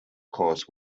course